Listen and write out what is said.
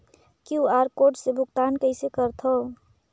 QR code से भुगतान कइसे करथव?